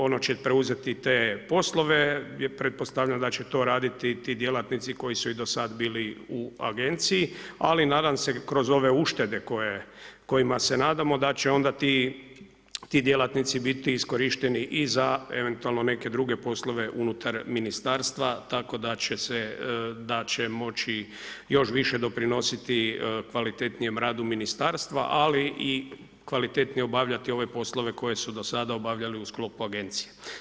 Ono će preuzeti te poslove i pretpostavljam da će to raditi ti djelatnici koji su do sada bili u agenciji, ali nadam se kroz ove uštede, kojima se nadamo, da će onda ti djelatnici biti iskorišteni i za eventualno neke dr. poslove unutar Ministarstva, tako da će se, da će moći još više doprinositi kvalitetnijem radu ministarstva, ali i kvalitetnije obavljati ove poslove, koje su do sada obavljali u sklopu agencije.